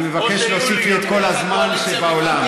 אני מבקש להוסיף לי את כל הזמן שבעולם.